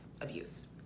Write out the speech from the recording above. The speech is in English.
abuse